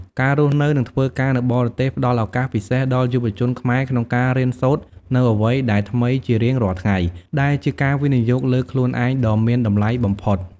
ការរស់នៅ និងធ្វើការនៅបរទេសផ្ដល់ឱកាសពិសេសដល់យុវជនខ្មែរក្នុងការរៀនសូត្រនូវអ្វីដែលថ្មីជារៀងរាល់ថ្ងៃ ដែលជាការវិនិយោគលើខ្លួនឯងដ៏មានតម្លៃបំផុត។